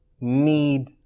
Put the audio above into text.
need